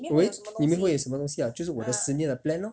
eh 里面会有什么东西 ah 就是我的十年的 plan lor